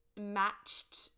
matched